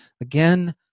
again